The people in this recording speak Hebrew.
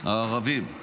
הערבים.